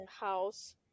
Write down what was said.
house